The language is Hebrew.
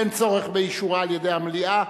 אין צורך באישורה על-ידי המליאה.